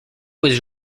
was